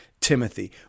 Timothy